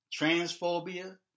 transphobia